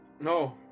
No